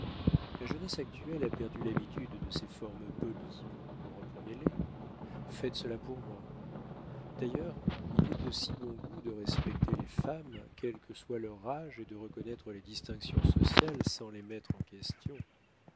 la jeunesse actuelle a perdu l'habitude de ces formes polies reprenez-les faites cela pour moi d'ailleurs il est de si bon goût de respecter les femmes quel que soit leur âge et de reconnaître les distinctions sociales sans les mettre en question